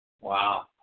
Wow